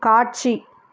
காட்சி